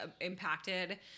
impacted